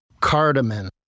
cardamom